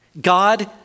God